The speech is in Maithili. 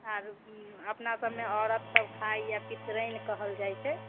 आओर अपनासबमे औरतसब खाइया पितरानि कहल जाय छै